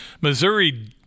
Missouri